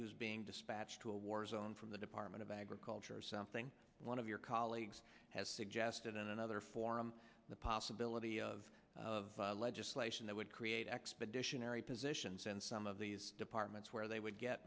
is being dispatched to a war zone from the department of agriculture or something one of your colleagues has suggested on another forum the possibility of of legislation that would create expeditionary positions and some of these departments where they would get